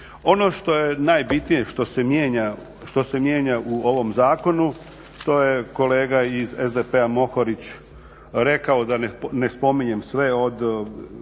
što se mijenja, što se mijenja u ovom Zakonu to je kolega iz SDP-a Moharić rekao da ne spominjem sve od